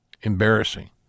Embarrassing